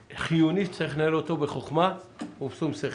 חיוני שצריך לנהל אותו בחכמה ובשום שכל.